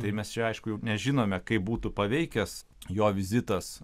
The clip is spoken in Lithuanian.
tai mes čia aišku nežinome kaip būtų paveikęs jo vizitas